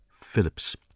Phillips